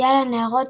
מונדיאל הנערות,